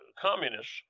communists